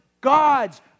God's